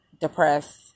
depressed